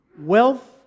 wealth